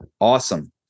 Awesome